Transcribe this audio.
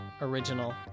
original